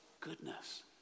Goodness